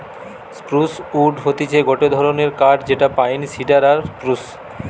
spruce wood হতিছে গটে ধরণের কাঠ যেটা পাইন, সিডার আর স্প্রুস